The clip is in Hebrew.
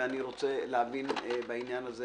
ואני רוצה להבין בעניין הזה